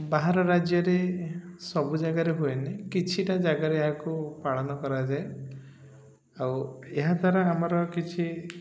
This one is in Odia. ବାହାର ରାଜ୍ୟରେ ସବୁ ଜାଗାରେ ହୁଏନି କିଛିଟା ଜାଗାରେ ଏହାକୁ ପାଳନ କରାଯାଏ ଆଉ ଏହାଦ୍ୱାରା ଆମର କିଛି